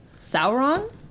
Sauron